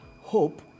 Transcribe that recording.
Hope